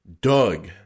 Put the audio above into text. doug